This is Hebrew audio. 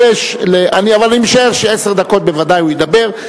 אבל אני משער שעשר דקות ודאי הוא ידבר,